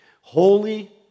Holy